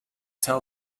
tell